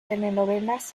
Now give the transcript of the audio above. telenovelas